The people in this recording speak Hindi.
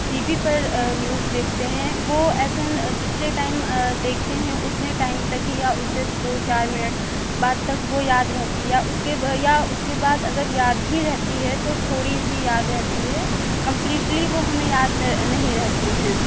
टी वी पर न्यूज़ देखते हैं वो ऐसा ना जितने टाइम देखते हैं उतने टाइम तक ही या उससे दो चार मिनट बाद तक वो याद रहती या उसके या उसके बाद अगर याद भी रहती है तो थोड़ी सी याद रहती है कंप्लीटली वो हमें याद नहीं रहती हैं